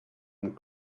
and